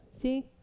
See